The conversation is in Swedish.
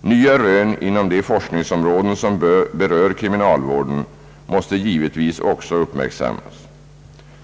Nya rön inom de forskningsområden som berör kriminalvården måste givetvis också uppmärksammas.